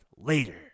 later